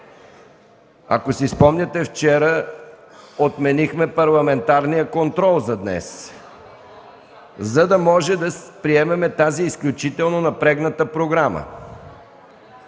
Ако си спомняте, вчера отменихме Парламентарния контрол за днес, за да можем да приемем тази изключително напрегната програма.